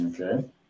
Okay